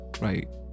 right